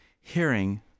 hearing